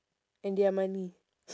and their money